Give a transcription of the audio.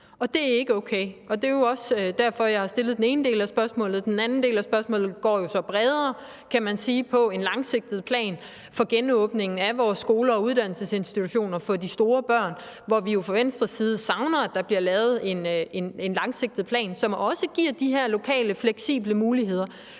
Og det er ikke okay, og det er jo også derfor, jeg har stillet den ene del af spørgsmålet. Den anden del af spørgsmålet går så bredere, kan man sige, på en langsigtet plan for genåbning af vores skoler og uddannelsesinstitutioner for de store børn, hvor vi fra Venstres side savner, at der bliver lavet en langsigtet plan, som også giver de her lokale, fleksible muligheder.